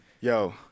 Yo